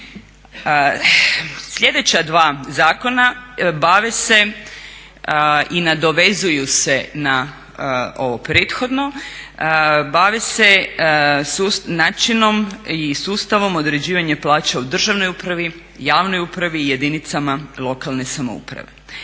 Sljedeća dva zakona bave se i nadovezuju se na ovo prethodno, bave se načinom i sustavom određivanja plaća u državnoj upravi, javnoj upravi i jedinicama lokalne samouprave.